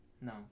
No